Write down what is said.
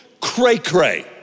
cray-cray